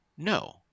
no